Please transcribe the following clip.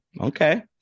okay